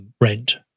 rent